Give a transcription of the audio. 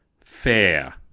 fair